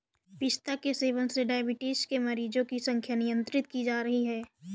पिस्ता के सेवन से डाइबिटीज के मरीजों की संख्या नियंत्रित की जा रही है